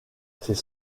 ces